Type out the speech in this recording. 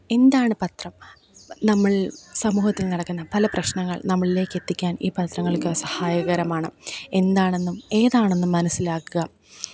എന്താണ് പത്രം നമ്മള് സമൂഹത്തില് നടക്കുന്ന പല പ്രശ്നങ്ങള് നമ്മളിലേക്കെത്തിക്കാന് ഈ പത്രങ്ങള്ക്ക് സഹായകരമാണ് എന്താണെന്നും ഏതാണെന്നും മനസിലാക്കുക